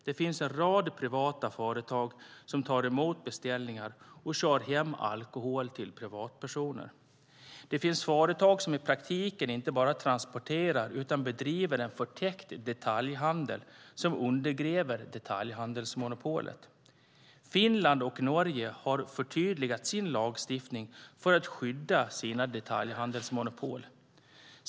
Det finns en rad privata företag som tar emot beställningar och kör hem alkohol till privatpersoner. Det finns företag som i praktiken inte bara transporterar utan bedriver en förtäckt detaljhandel som undergräver detaljhandelsmonopolet. Finland och Norge har förtydligat sin lagstiftning för att skydda sina detaljhandelsmonopol.